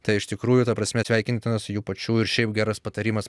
tai iš tikrųjų ta prasme sveikintinas jų pačių ir šiaip geras patarimas